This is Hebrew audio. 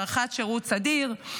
הארכת שירות סדיר,